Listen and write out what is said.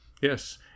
Yes